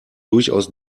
durchaus